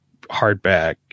hardback